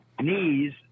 knees